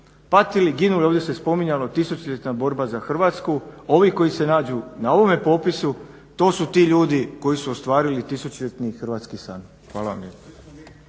patili, ginuli. Ovdje se spominjala tisućljetna borba za Hrvatsku. Ovi koji se nađu na ovome popisu to su ti ljudi koji su ostvarili tisućljetni hrvatski san.